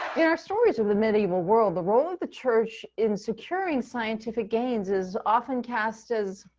in our stories of the medieval world, the role of the church in securing scientific gains is often cast as,